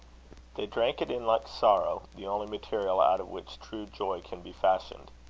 they drank it in like sorrow, the only material out of which true joy can be fashioned.